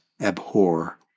abhor